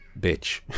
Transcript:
bitch